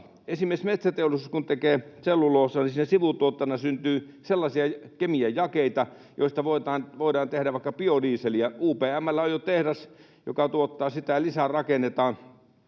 Esimerkiksi kun metsäteollisuus tekee selluloosaa, niin siinä sivutuotteena syntyy sellaisia kemian jakeita, joista voidaan tehdä vaikka biodieseliä. UPM:llä on jo tehdas, joka tuottaa sitä, ja lisää rakennetaan.